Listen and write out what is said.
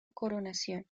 coronación